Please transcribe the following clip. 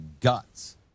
guts